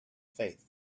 faith